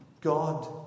God